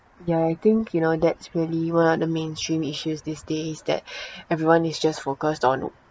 ya I think you know that's really one of the mainstream issues these days that everyone is just focused on